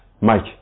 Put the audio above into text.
Mike